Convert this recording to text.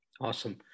Awesome